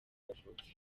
yavutse